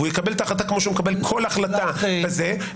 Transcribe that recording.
הוא יקבל את ההחלטה כמו שהוא מקבל כל החלטה בית